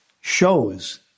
shows